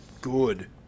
good